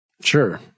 Sure